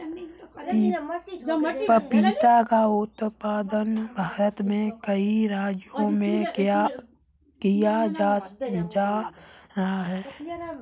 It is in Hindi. पपीता का उत्पादन भारत में कई राज्यों में किया जा रहा है